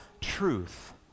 truth